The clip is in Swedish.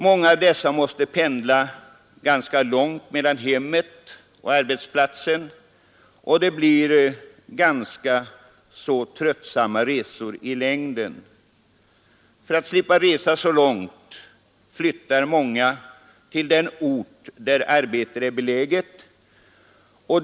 Många av dessa människor måste pendla långa sträckor mellan hemmet och arbetsplatsen, och det blir i längden ganska tröttsamt. För att slippa resa så långt flyttar många till den ort där arbetet finns.